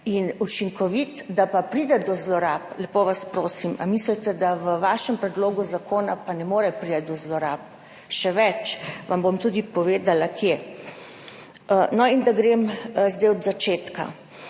in učinkovit. Da pa pride do zlorab, lepo vas prosim, ali mislite, da v vašem predlogu zakona pa ne more priti do zlorab. Še več, vam bom tudi povedala kje. Grem zdaj od začetka.